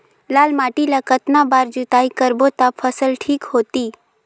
लाल माटी ला कतना बार जुताई करबो ता फसल ठीक होती?